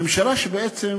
זו ממשלה שבעצם